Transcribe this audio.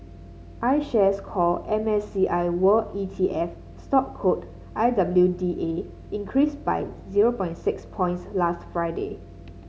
IShares Core M S C I World E T F stock code I W D A increased by zero point six points last Friday